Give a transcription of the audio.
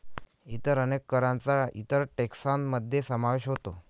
इतर अनेक करांचा इतर टेक्सान मध्ये समावेश होतो